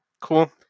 cool